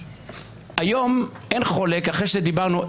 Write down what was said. היום אין חולק אחרי שדיברנו,